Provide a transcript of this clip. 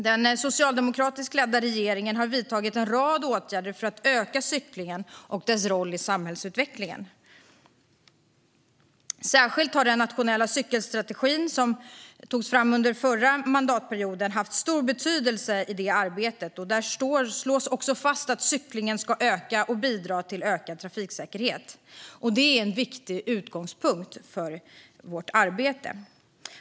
Den socialdemokratiskt ledda regeringen har vidtagit en rad åtgärder för att öka cyklingen och dess roll i samhällsutvecklingen. Särskilt den nationella cykelstrategin, som togs fram under förra mandatperioden, har haft stor betydelse för det arbetet. Där slås också fast att cyklingen ska öka och bidra till ökad trafiksäkerhet. Det är en viktig utgångspunkt för vårt arbete.